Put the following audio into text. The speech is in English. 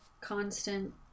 constant